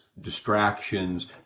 distractions